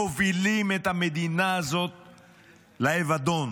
מובילים את המדינה הזאת לאבדון,